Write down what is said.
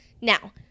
Now